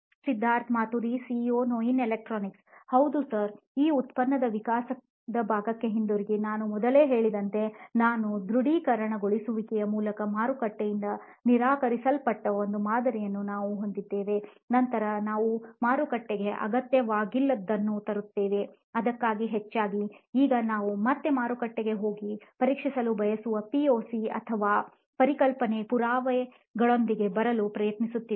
Siddharth Maturi CEO ನೋಯಿನ್ electronics ಹೌದು sir ಈ ಉತ್ಪನ್ನದ ವಿಕಾಸದ ಭಾಗಕ್ಕೆ ಹಿಂತಿರುಗಿ ನಾವು ಮೊದಲೇ ಹೇಳಿದಂತೆ ನಾವು ದೃಢೀಕರಣ ಗೊಳಿಸುವಿಕೆಯ ಮೂಲಕ ಮಾರುಕಟ್ಟೆಯಿಂದ ನಿರಾಕರಿಸಲ್ಪಟ್ಟ ಒಂದು ಮಾದರಿಯನ್ನು ನಾವು ಹೊಂದಿದ್ದೇವೆ ನಂತರ ನಾವು ಮಾರುಕಟ್ಟೆಗೆ ಅಗತ್ಯವಾಗಿಲ್ಲದನ್ನು ತರುತ್ತೇವೆ ಅದಕ್ಕಿಂತ ಹೆಚ್ಚಾಗಿ ಈಗ ನಾವು ಮತ್ತೆ ಮಾರುಕಟ್ಟೆಗೆ ಹೋಗಿ ಪರೀಕ್ಷಿಸಲು ಬಯಸುವ POC ಅಥವಾ ಪರಿಕಲ್ಪನೆಯ ಪುರಾವೆಗಳೊಂದಿಗೆ ಬರಲು ಪ್ರಯತ್ನಿಸುತ್ತಿದ್ದೇವೆ